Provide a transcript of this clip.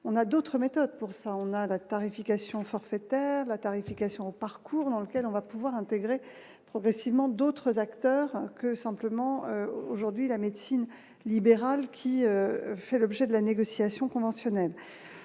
on a d'autres méthodes pour cela, on a la tarification forfaitaire, la tarification parcours dans lequel on va pouvoir intégrer progressivement d'autres acteurs que simplement aujourd'hui la médecine libérale, qui fait l'objet de la négociation conventionnelle